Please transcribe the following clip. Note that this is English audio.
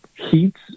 heats